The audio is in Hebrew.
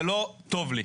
זה לא טוב לי.